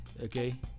Okay